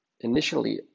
initially